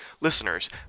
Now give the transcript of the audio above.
Listeners